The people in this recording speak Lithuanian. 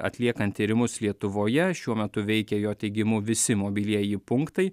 atliekant tyrimus lietuvoje šiuo metu veikia jo teigimu visi mobilieji punktai